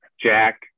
Jack